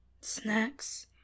snacks